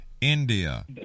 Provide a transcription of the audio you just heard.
India